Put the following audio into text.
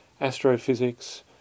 astrophysics